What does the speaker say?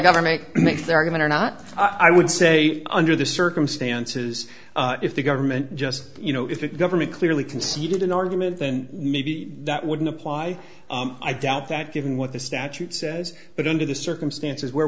government makes the argument or not i would say under the circumstances if the government just you know if it government clearly conceded an argument then maybe that wouldn't apply i doubt that given what the statute says but under the circumstances where